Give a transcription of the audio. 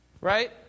right